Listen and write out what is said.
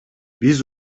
биз